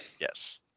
yes